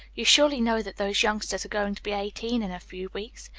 you surely know that those youngsters are going to be eighteen in a few weeks.